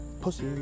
pussy